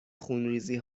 خونریزی